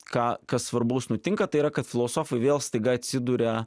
ką kas svarbaus nutinka tai yra kad filosofai vėl staiga atsiduria